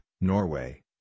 Norway